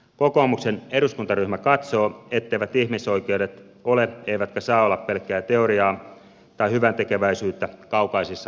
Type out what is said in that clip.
kokoomuksen eduskuntaryhmä katsoo etteivät ihmisoikeudet ole eivätkä saa olla pelkkää teoriaa tai hyväntekeväisyyttä kaukaisissa maissa